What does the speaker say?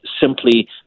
simply